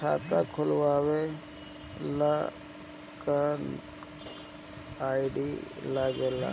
खाता खोलवावे ला का का आई.डी लागेला?